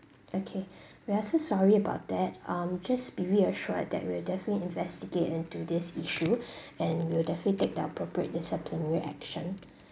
okay we are so sorry about that um just be reassured that we'll definitely investigate into this issue and we'll definitely take the appropriate disciplinary action